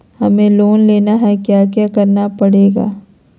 हमें लोन लेना है क्या क्या करना पड़ेगा?